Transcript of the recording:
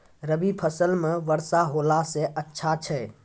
रवी फसल म वर्षा होला से अच्छा छै?